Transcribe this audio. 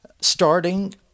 starting